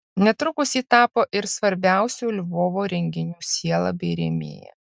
netrukus ji tapo ir svarbiausių lvovo renginių siela bei rėmėja